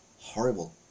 horrible